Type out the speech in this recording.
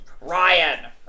Ryan